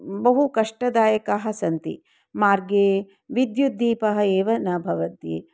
बहु कष्टदायकाः सन्ति मार्गे विद्युद्दीपः एव न भवति